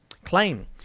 Claim